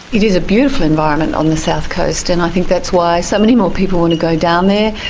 it is a beautiful environment on the south coast and i think that's why so many more people want to go down there.